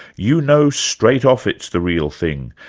you know straight off it's the real thing.